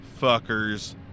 fuckers